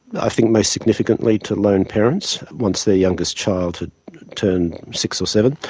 i think most significantly to lone parents once their youngest child had turned six or seven,